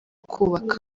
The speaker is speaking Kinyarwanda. kubaka